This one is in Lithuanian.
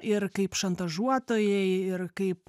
ir kaip šantažuotojai ir kaip